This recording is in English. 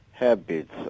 habits